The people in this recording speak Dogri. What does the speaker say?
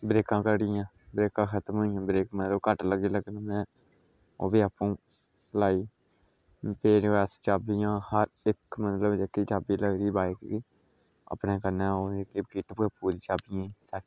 ब्रेकां घटी गेइयां ब्रेकां खत्म होई गेइयां ब्रेक मारो घट्ट लगी लग्गन में ओह् बी आपें ही लाई पेचकस चाबियां हर इक मतलब जेह्की चाबी लगदी बाइक गी अपने कन्नै ओह् किट पूरी चबियें दी सैट